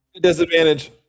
Disadvantage